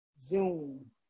Zoom